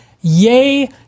yay